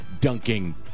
dunking